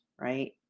right